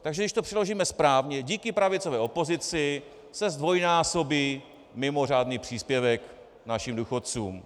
Takže když to přeložíme správně, díky pravicové opozici se zdvojnásobí mimořádný příspěvek našim důchodcům.